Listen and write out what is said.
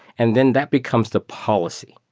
and then that becomes the policy.